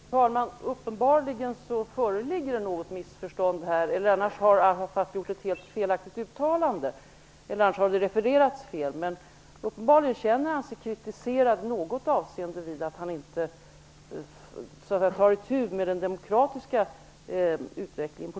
Fru talman! Uppenbarligen föreligger det något missförstånd här. Annars har Arafat gjort ett helt felaktigt uttalande, eller blivit fel refererad. Men uppenbarligen känner han sig i något avseende kritiserad när det gäller att ta itu med den demokratiska utvecklingen.